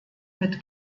mit